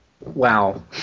Wow